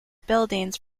buildings